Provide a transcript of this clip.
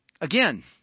Again